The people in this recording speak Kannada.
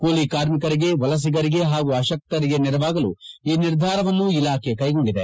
ಕೂಲಿ ಕಾರ್ಮಿಕರಿಗೆ ವಲಸಿಗರಿಗೆ ಹಾಗೂ ಅಶಕ್ತರಿಗೆ ನೆರವಾಗಲು ಈ ನಿರ್ಧಾರವನ್ನು ಇಲಾಖೆ ಕೈಗೊಂಡಿದೆ